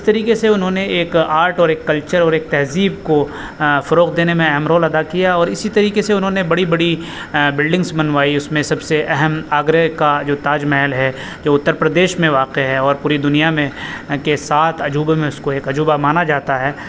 اس طریقے سے انہوں نے ایک آرٹ اور ایک کلچر اور ایک تہذیب کو فروغ دینے میں اہم رول ادا کیا اور اسی طریقے سے انہوں نے بڑی بڑی بلڈنگس بنوائی اس میں سب سے اہم آگرے کا جو تاج محل ہے جو اتر پردیش میں واقع ہے اور پوری دنیا میں کے سات عجوبوں میں اس کو ایک عجوبہ مانا جاتا ہے